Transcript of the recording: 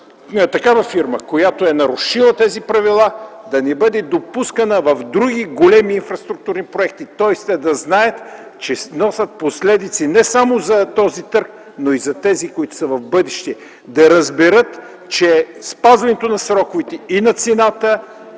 такава фирма, която е нарушила тези правила, да не бъде допускана в други големи инфраструктурни проекти. Тоест те да знаят, че носят последици не само за този търг, но и за тези, които са в бъдеще – да разберат, че спазването на сроковете и на цената